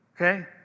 Okay